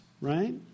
right